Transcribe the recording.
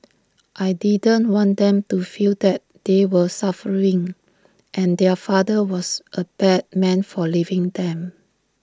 I didn't want them to feel that they were suffering and their father was A bad man for leaving them